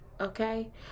Okay